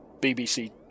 BBC